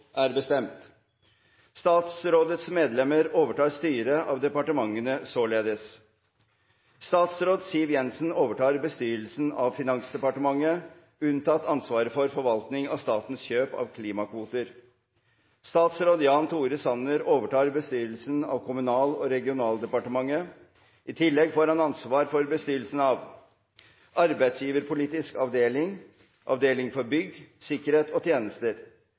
Statsrådets medlemmer overtar styret av departementene således: Statsråd Siv Jensen overtar bestyrelsen av Finansdepartementet, unntatt ansvaret for forvaltning av statens kjøp av klimakvoter. Statsråd Jan Tore Sanner overtar bestyrelsen av Kommunal- og regionaldepartementet. I tillegg får han ansvar for bestyrelsen av: – Arbeidsgiverpolitisk avdeling, Avdeling for bygg, sikkerhet og tjenester,